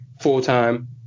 full-time